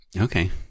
Okay